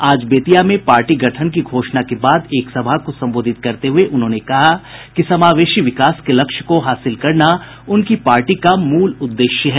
आज बेतिया में पार्टी गठन की घोषणा के बाद एक सभा को संबोधित करते हुए उन्होंने कहा कि समावेशी विकास के लक्ष्य को हासिल करना उनकी पार्टी का मूल उद्देश्य है